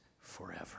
forever